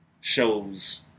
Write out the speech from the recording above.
shows